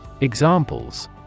Examples